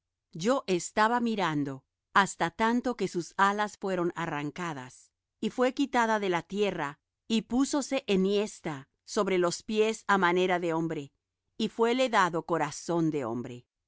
yo estaba mirando hasta tanto que sus alas fueron arrancadas y fué quitada de la tierra y púsose enhiesta sobre los pies á manera de hombre y fuéle dado corazón de hombre